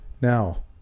Now